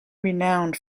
renowned